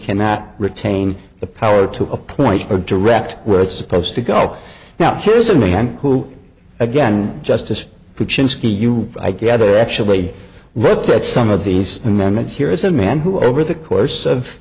cannot retain the power to appoint her direct where it's supposed to go now here's a man who again justice who chimpsky you i gather actually worked at some of these amendments here is a man who over the course of